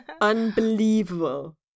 Unbelievable